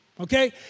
okay